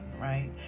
right